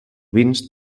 vins